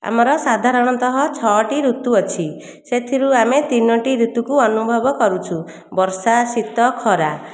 ଆମର ସାଧାରଣତଃ ଛଅଟି ଋତୁ ଅଛି ସେଥିରୁ ଆମେ ତିନୋଟି ଋତୁକୁ ଅନୁଭବ କରୁଛୁ ବର୍ଷା ଶୀତ ଖରା